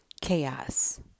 chaos